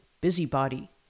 Busybody